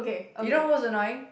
you know who's annoying